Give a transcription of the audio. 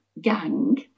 gang